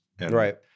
right